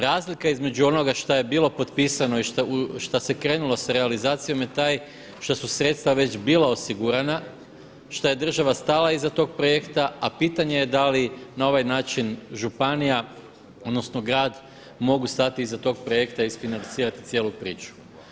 Razlika između onoga što je bilo potpisano i šta se krenulo sa realizacijom je taj što su sredstva već bila osigurana, šta je država stala iza tog projekta, a pitanje je da li na ovaj način županija odnosno grad mogu stati iza tog projekta i isfinancirati cijelu priču.